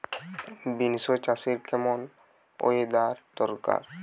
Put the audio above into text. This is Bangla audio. বিন্স চাষে কেমন ওয়েদার দরকার?